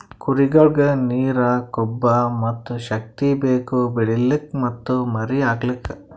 ಕುರಿಗೊಳಿಗ್ ನೀರ, ಕೊಬ್ಬ ಮತ್ತ್ ಶಕ್ತಿ ಬೇಕು ಬೆಳಿಲುಕ್ ಮತ್ತ್ ಮರಿ ಹಾಕಲುಕ್